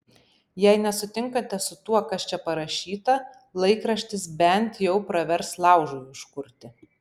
jei nesutinkate su tuo kas čia parašyta laikraštis bent jau pravers laužui užkurti